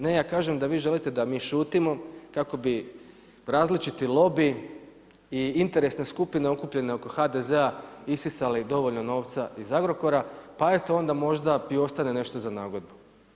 Ne, ja kažem da vi želite da mi šutimo kako bi različiti lobiji i interesne skupine okupljene oko HDZ-a isisale dovoljno novca iz Agrokora, pa eto onda možda i ostane nešto za nagodbu.